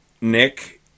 Nick